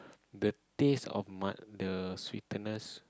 the taste of mud the sweetness